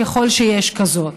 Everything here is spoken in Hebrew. ככל שיש כזאת.